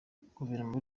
guverinoma